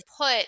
put